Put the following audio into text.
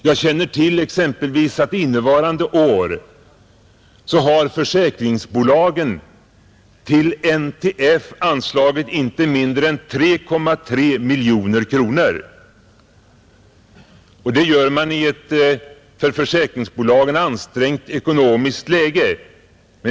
Jag känner exempelvis till att innevarande år har försäkringsbolagen till NTF anslagit inte mindre än 3,3 miljoner kronor, och det gör man i ett för försäkringsbolagen ansträngt ekonomiskt läge.